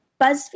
BuzzFeed